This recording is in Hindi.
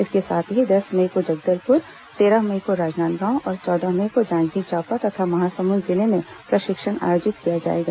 इसके साथ ही दस मई को जगदलपुर तेरह मई को राजनांदगांव और चौदह मई को जांजगीर चांपा तथा महासमुंद जिले में प्रशिक्षण आयोजित किया जाएगा